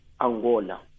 Angola